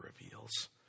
reveals